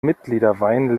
mitgliederwein